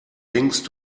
denkst